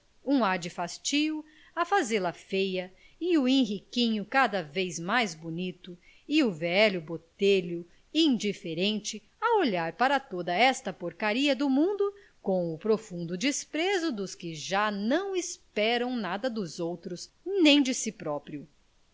um ar de fastio a fazê-la feia e o henriquinho cada vez mais bonito e o velho botelho indiferente a olhar para toda esta porcaria do mundo com o profundo desprezo dos que já não esperam nada dos outros nem de si próprios